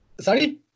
Sorry